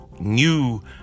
new